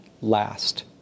last